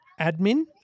admin